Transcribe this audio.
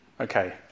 Okay